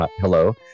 hello